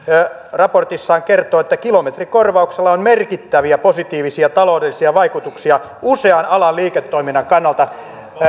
raportissaan kertoo että kilometrikorvauksella on merkittäviä positiivisia taloudellisia vaikutuksia usean alan liiketoiminnan kannalta